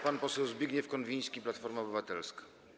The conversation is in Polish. Pan poseł Zbigniew Konwiński, Platforma Obywatelska.